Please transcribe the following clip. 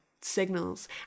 signals